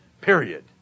Period